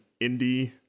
indie